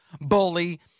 Bully